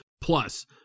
Plus